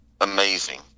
amazing